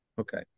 Okay